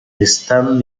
están